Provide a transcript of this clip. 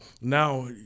now